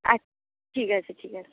আচ ঠিক আছে ঠিক আছে